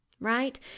right